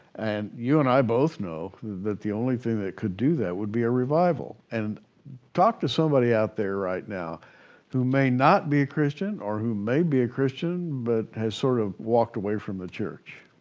and you and i both know that the only thing that could do that would be a revival. and talk to somebody out there right now who may not be a christian, or who may be a christian but has sort of walked away form the church.